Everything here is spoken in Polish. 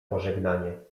pożegnanie